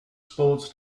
sports